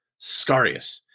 Scarius